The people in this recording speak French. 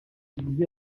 divisé